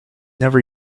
never